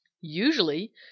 Usually